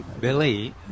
Billy